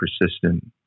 persistent